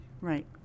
Right